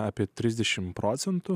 apie trisdešim procentų